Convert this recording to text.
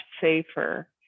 safer